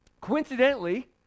Coincidentally